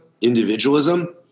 individualism